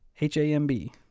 H-A-M-B